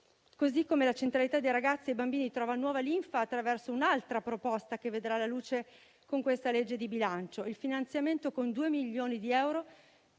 Parimenti, la centralità di ragazzi e bambini trova nuova linfa attraverso un'altra proposta che vedrà la luce con la legge di bilancio: il finanziamento con 2 milioni di euro